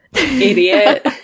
idiot